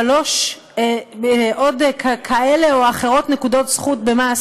עוד נקודות זכות במס